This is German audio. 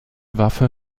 waffe